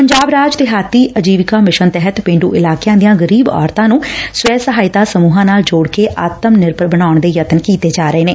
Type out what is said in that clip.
ਪੰਜਾਬ ਰਾਜ ਦੇਹਾਤੀ ਅਜੀਵਿਕਾ ਮਿਸ਼ਨ ਤਹਿਤ ਪੇਂਡੂ ਇਲਾਕਿਆਂ ਦੀਆਂ ਗਰੀਬ ਔਰਤਾਂ ਨੂੰ ਸਵੈ ਸਹਾਇਤਾ ਸਮੂਹਾਂ ਨਾਲ ਜੋੜਕੇ ਆਤਮ ਨਿਰਭਰ ਬਣਾਉਣ ਦੇ ਯਤਨ ਕੀਤੇ ਜਾ ਰਹੇ ਨੇ